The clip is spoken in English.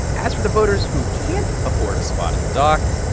as for the voters who can't afford a spot at the dock,